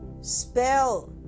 spell